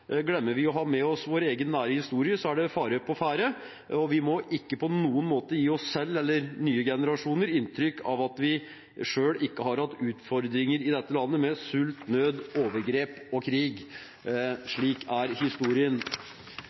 Glemmer vi å ha med oss vår egen nære historie, er det fare på ferde, og vi må ikke på noen måte gi oss selv eller nye generasjoner inntrykk av at vi selv ikke har hatt utfordringer i dette landet, med sult, nød, overgrep og krig. Slik er historien.